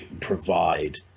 provide